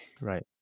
Right